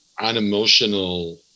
unemotional